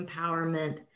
empowerment